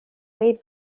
wave